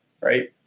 right